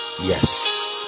yes